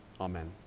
amen